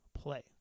play